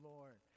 Lord